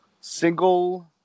single